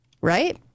right